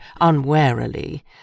unwarily